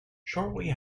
shortly